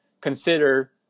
consider